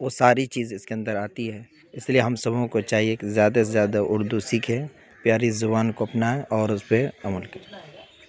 وہ ساری چیز اس کے اندر آتی ہے اس لیے ہم سبھوں کو چاہیے کہ زیادہ سے زیادہ اردو سیکھیں پیاری زبان کو اپنائیں اور اس پہ عمل کریں